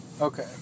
Okay